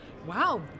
wow